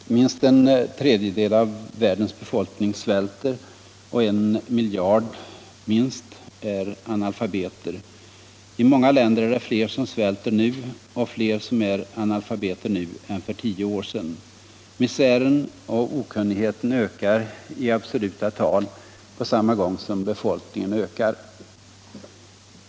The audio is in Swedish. Herr talman! Minst en tredjedel av världens befolkning svälter och minst en miljard är analfabeter. I många länder är det fler som svälter och fler som är analfabeter nu än för tio år sedan. Misären och okunnigheten ökar i absoluta tal på samma gång som befolkningen ökar.